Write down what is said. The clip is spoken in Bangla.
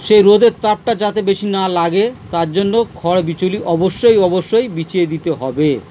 সেই রোদের তাপটা যাতে বেশি না লাগে তার জন্য খড় বিচুলি অবশ্যই অবশ্যই বিছিয়ে দিতে হবে